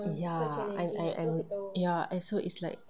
ya I'm I'm I'm ya I'm so is like